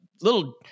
Little